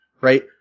Right